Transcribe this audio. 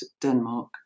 Denmark